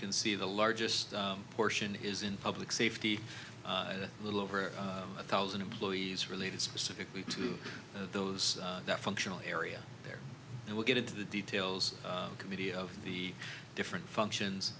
can see the largest portion is in public safety a little over a thousand employees related specifically to those that functional area there and we get into the details committee of the different functions